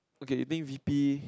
okay you think V_P